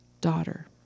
daughter